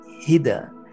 hither